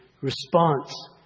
response